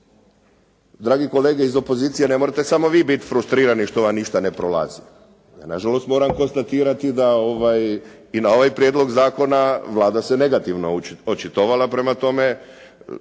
dragi kolege iz opozicije ne morate samo vi biti frustrirani što vam ništa ne prolazi. Ja nažalost moram konstatirati da i na ovaj prijedlog zakona Vlada se negativno očitovala. Prema tome,